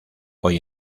hoy